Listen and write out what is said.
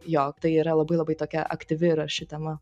jog tai yra labai labai tokia aktyvi ir arši tema